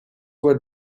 were